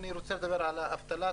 אני רוצה לדבר על אבטלה,